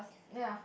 ya